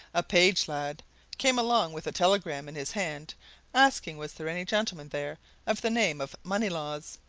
a page lad came along with a telegram in his hand asking was there any gentleman there of the name of moneylaws?